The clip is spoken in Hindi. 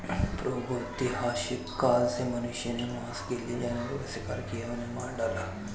प्रागैतिहासिक काल से मनुष्य ने मांस के लिए जानवरों का शिकार किया, उन्हें मार डाला